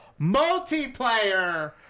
Multiplayer